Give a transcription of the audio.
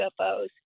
UFOs